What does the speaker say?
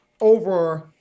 over